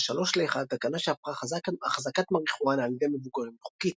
3 ל-1 תקנה שהפכה אחזקת מריחואנה על ידי מבוגרים לחוקית.